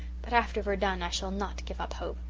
but after verdun i shall not give up hope.